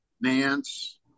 Nance